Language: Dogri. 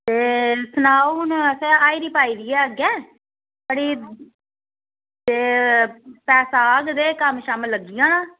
एह् सनाओ हून असें हाजरी पाई दी ऐ अग्गें साढ़ी ते पैसा औग ते कम्म शम्म लग्गी जाना